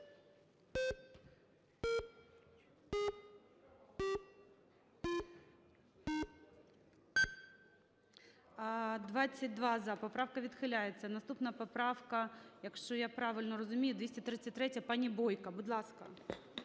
За-22 Поправка відхиляється. Наступна поправка, якщо я правильно розумію, 233-я. Пані Бойко, будь ласка.